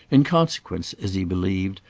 in consequence, as he believed,